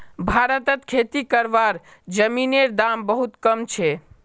भारतत खेती करवार जमीनेर दाम बहुत कम छे